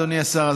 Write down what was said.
אדוני השר,